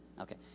Okay